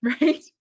right